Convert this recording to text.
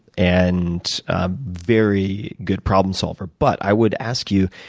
and very good problem solver. but i would ask you,